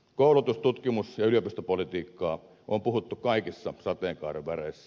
koulutus tutkimus ja yliopistopolitiikkaa on puhuttu kaikissa sateenkaaren väreissä